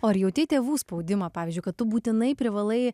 ar jautei tėvų spaudimą pavyzdžiui kad tu būtinai privalai